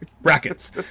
Brackets